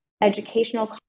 educational